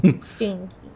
Stinky